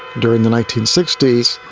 during the nineteen sixty s,